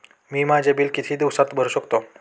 मी माझे बिल किती दिवसांत भरू शकतो?